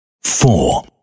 four